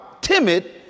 timid